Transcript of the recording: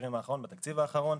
בתקציב האחרון,